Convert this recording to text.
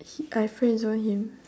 he I friend zone him